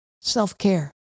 self-care